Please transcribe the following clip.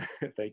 thank